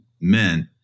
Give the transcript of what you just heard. meant